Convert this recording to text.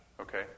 okay